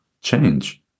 change